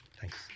Thanks